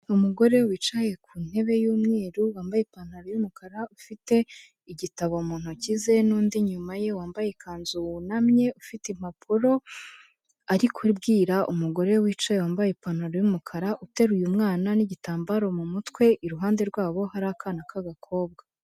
Umugore wicaye ku ntebe y'umweru wambaye ipantaro y'umukara ufite igitabo mu ntoki ze, n'undi inyuma ye wambaye ikanzu wunamye ufite impapuro, ari kubwira umugore wicaye wambaye ipantaro y'umukara, uteruye umwana n'igitambaro mu mutwe, iruhande rwabo hari akana k'agakobwa.